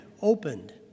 opened